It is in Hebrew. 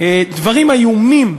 דברים איומים,